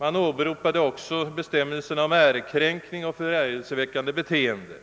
Man åberopade också bestämmelserna om ärekränkning och förargelseväckande beteende.